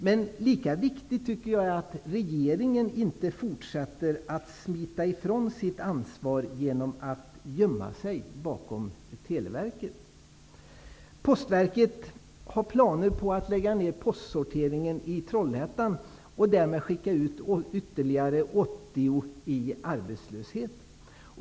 Men det är lika viktigt att regeringen inte fortsätter att smita ifrån sitt ansvar genom att gömma sig bakom Postverket har planer på att lägga ner postsorteringen i Trollhättan och därmed skicka ut ytterligare 80 personer i arbetslöshet.